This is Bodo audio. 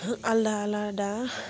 होह आलदा आलादा